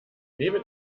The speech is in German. lebe